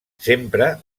sempre